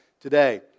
Today